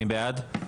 מי בעד?